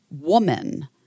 woman